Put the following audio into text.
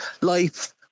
life